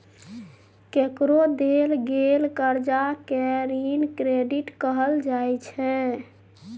केकरो देल गेल करजा केँ ऋण क्रेडिट कहल जाइ छै